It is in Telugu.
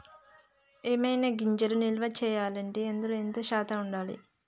ఏవైనా గింజలు నిల్వ చేయాలంటే అందులో ఎంత శాతం ఉండాలి?